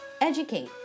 educate